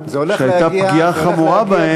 שהייתה פגיעה חמורה בהן,